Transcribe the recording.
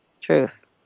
Truth